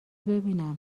ببینم